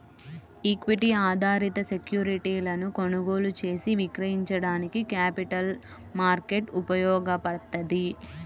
equity ఆధారిత సెక్యూరిటీలను కొనుగోలు చేసి విక్రయించడానికి క్యాపిటల్ మార్కెట్ ఉపయోగపడ్తది